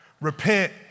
Repent